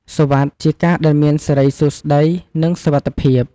សុវត្តិ ជាការដែលមានសិរីសួស្តី និងសុវត្ថិភាព។